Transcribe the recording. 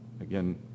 again